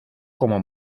como